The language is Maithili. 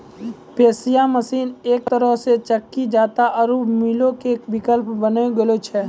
पिशाय मशीन एक तरहो से चक्की जांता आरु मीलो के विकल्प बनी गेलो छै